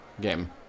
game